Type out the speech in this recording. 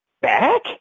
back